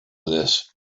this